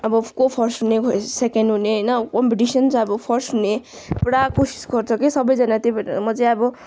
अब को फर्स्ट हुने को सेकेन्ड हुने होइन कम्पिटिसन् छ अब फर्स्ट हुने पुरा कोसिस गर्छ के सबैजना त्यही भएर म चाहिँ अब